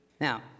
Now